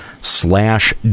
slash